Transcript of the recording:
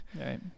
Right